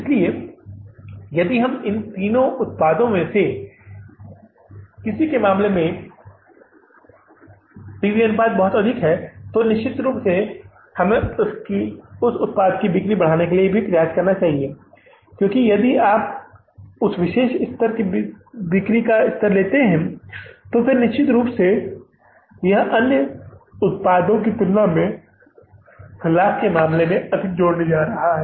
इसलिए यदि इन तीन उत्पादों में से किसी के मामले में पी वी अनुपात बहुत अधिक है तो निश्चित रूप से हमें उस उत्पाद की बिक्री बढ़ाने के लिए भी प्रयास करना चाहिए क्योंकि यदि आप उस विशेष स्तर की बिक्री का स्तर लेते हैं फिर निश्चित रूप से यह अन्य उत्पादों की तुलना में लाभ के मामले में अधिक जोड़ने जा रहा है